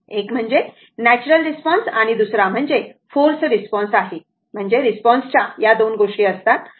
एक म्हणजे natural response आणि दुसरा म्हणजे फोर्स रिस्पॉन्स आहे म्हणजे रिस्पॉन्सच्या दोन गोष्टी असतात